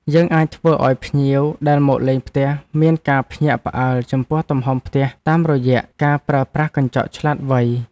យើងអាចធ្វើឱ្យភ្ញៀវដែលមកលេងផ្ទះមានការភ្ញាក់ផ្អើលចំពោះទំហំផ្ទះតាមរយៈការប្រើប្រាស់កញ្ចក់ឆ្លាតវៃ។